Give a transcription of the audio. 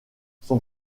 son